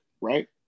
Right